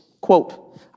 quote